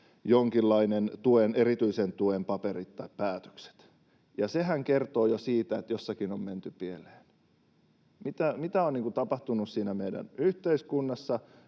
jonkinlaisen erityisen tuen paperit tai päätökset, ja sehän kertoo jo siitä, että jossakin on menty pieleen. Mitä on tapahtunut meidän yhteiskunnassa,